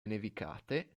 nevicate